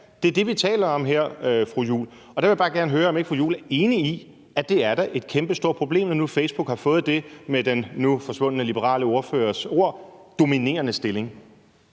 Det er det, vi taler om her, fru Mona Juul. Og der vil jeg bare gerne høre, om ikke fru Mona Juul er enig i, at det da er et kæmpestort problem, når nu Facebook har fået den – med den nu forsvundne liberale ordførers ord – dominerende stilling.